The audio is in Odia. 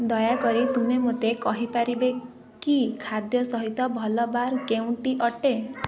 ଦୟାକରି ତୁମେ ମୋତେ କହିପାରିବେ କି ଖାଦ୍ୟ ସହିତ ଭଲ ବାର୍ କେଉଁଟି ଅଟେ